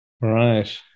Right